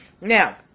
Now